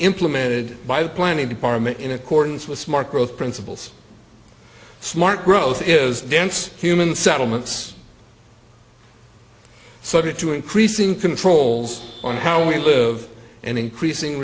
implemented by the planning department in accordance with smart growth principles smart growth is dense human settlements subject to increasing controls on how we live and increasing